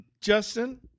Justin